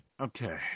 Okay